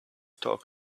talk